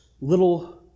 little